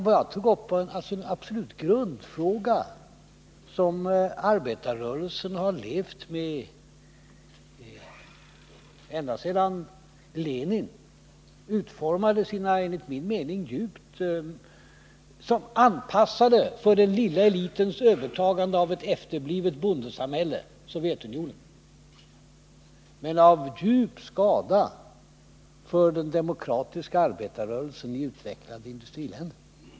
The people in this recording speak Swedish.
Vad jag tog upp var alltså en absolut grundfråga som arbetarrörelsen har levt med ända sedan Lenin utformade sina teorier, anpassade för den lilla elitens övertagande av ett efterblivet bondesamhälle, Sovjetunionen, men till djup skada för den demokratiska arbetarrörelsen i utvecklade industriländer.